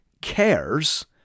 cares